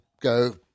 go